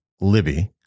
Libby